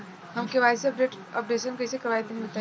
हम KYC updation कइसे करवाई तनि बताई?